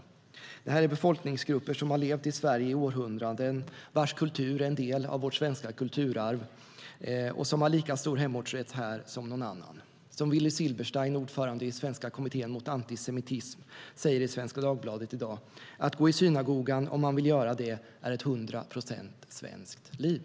Det här är befolkningsgrupper som har levt i Sverige i århundraden, vars kultur är en del av vårt svenska kulturarv och som har lika stor hemortsrätt här som någon annan. Willy Silberstein, ordförande i Svenska kommittén mot antisemitism, säger i Svenska Dagbladet i dag: "Att gå i synagogan, om man vill göra det, är ett hundra procent svenskt liv.